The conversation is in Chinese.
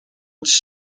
击败